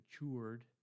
matured